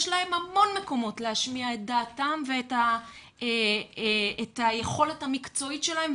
יש להם המון מקומות להשמיע את דעתם ואת היכולת המקצועית שלהם,